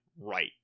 right